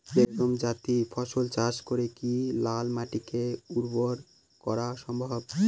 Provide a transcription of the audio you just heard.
Legume জাতীয় ফসল চাষ করে কি লাল মাটিকে উর্বর করা সম্ভব?